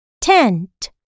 tent